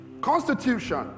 Constitution